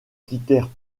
quittèrent